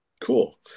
Cool